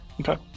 Okay